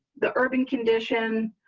the urban condition.